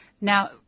now